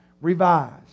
revised